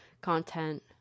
content